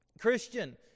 Christian